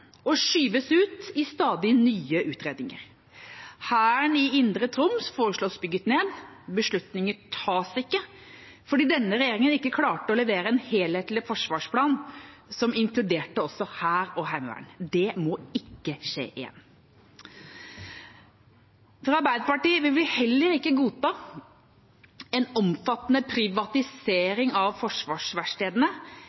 og skyves ut i stadig nye utredninger. Hæren i indre Troms foreslås bygget ned, beslutninger tas ikke, for denne regjeringa klarte ikke å levere en helhetlig forsvarsplan som også inkluderte hær og heimevern. Det må ikke skje igjen. Arbeiderpartiet vil heller ikke godta en omfattende